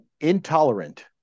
intolerant